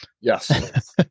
Yes